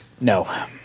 No